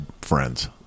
friends